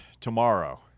tomorrow